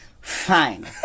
Fine